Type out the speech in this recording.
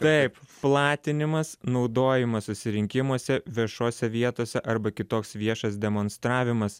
taip platinimas naudojimas susirinkimuose viešose vietose arba kitoks viešas demonstravimas